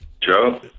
Joe